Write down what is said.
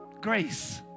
grace